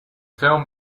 film